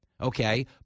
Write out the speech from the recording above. Okay